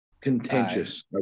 contentious